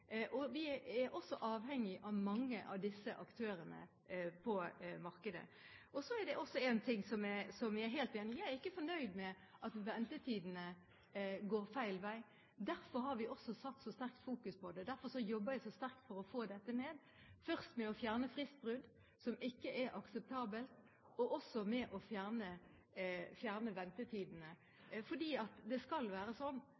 av disse aktørene på markedet. Så er det også en ting som jeg er helt enig i: Jeg er ikke fornøyd med at ventetidene går feil vei. Derfor har vi også fokusert så sterkt på dette. Derfor jobber jeg så sterkt for å få dette ned, først med å fjerne fristbrudd, som ikke er akseptabelt, og så med å fjerne ventetidene. Det skal være